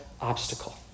obstacle